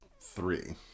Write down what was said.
three